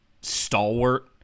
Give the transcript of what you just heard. stalwart